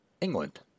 England